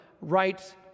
right